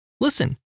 Listen